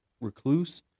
recluse